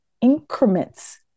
increments